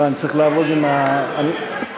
סעיף 02, הכנסת,